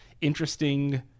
interesting